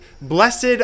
blessed